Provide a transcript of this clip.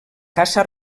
casa